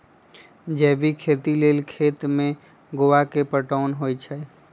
जैविक खेती लेल खेत में गोआ के पटाओंन होई छै